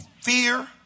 fear